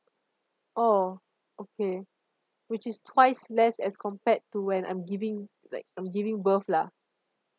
oh okay which is twice less as compared to when I'm giving like I'm giving birth lah